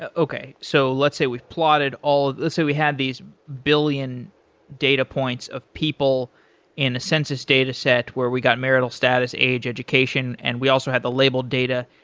ah okay. so let's say we've plotted all let's say we had these billion data points of people in a census data set where we got marital status, age, education and we also had the labeled data,